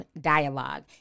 dialogue